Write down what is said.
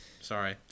Sorry